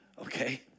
Okay